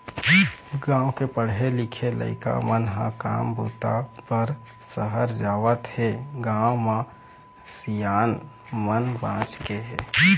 गाँव के पढ़े लिखे लइका मन ह काम बूता बर सहर जावत हें, गाँव म सियान मन बाँच गे हे